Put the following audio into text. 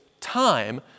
time